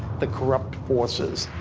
the corrupt forces